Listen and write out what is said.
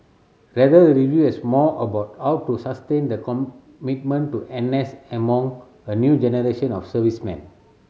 rather the review was more about how to sustain the commitment to N S among a new generation of servicemen